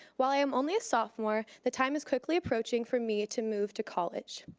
while i am only a sophomore the time is quickly approaching for me to move to college.